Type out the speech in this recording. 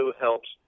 helps